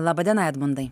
laba diena edmundai